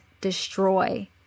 destroy